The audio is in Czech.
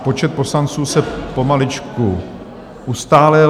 Počet poslanců se pomaličku ustálil.